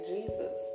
Jesus